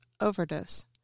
overdose